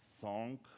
song